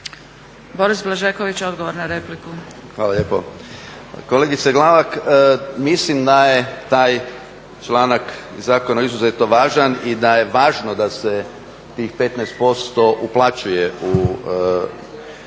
**Blažeković, Boris (HNS)** Hvala lijepo. Kolegice Glavak mislim da je taj članak zakona izuzetno važan i da je važno da se tih 15% uplaćuje za